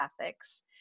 ethics